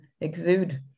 exude